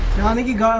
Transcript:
nonleague ah